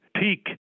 peak